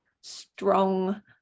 strong